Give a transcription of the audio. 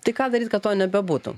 tai ką daryt kad to nebebūtų